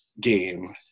game